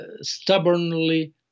stubbornly